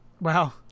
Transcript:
Wow